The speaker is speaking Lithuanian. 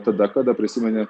tada kada prisimeni